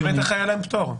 בטח היה להם פטור.